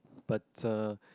but uh